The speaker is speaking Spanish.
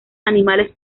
animales